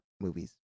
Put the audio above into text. movies